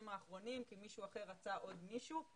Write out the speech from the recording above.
האחרונים כי מישהו אחר עשה עוד משהו.